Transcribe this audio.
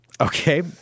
Okay